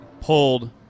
pulled